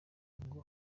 ngo